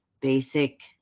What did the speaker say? basic